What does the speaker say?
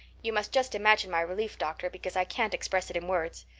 you must just imagine my relief, doctor, because i can't express it in words.